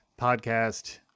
podcast